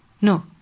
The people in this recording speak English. No